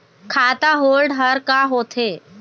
खाता होल्ड हर का होथे?